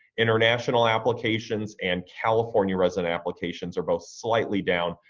international applications and california resident applications are both slightly down,